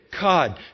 God